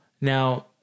now